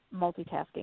multitasking